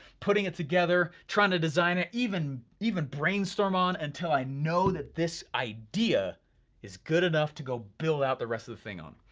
putting it together, trying to design it, even even brainstorm on, until i know that this idea is good enough to go build out the rest of the thing on.